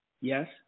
Yes